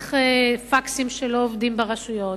דרך פקסים שלא עובדים ברשויות,